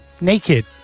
naked